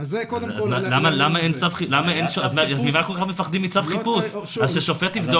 אז ששופט יבדוק,